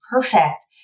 perfect